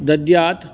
दद्यात्